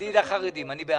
כידיד החרדים, אני בעד.